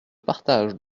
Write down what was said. partage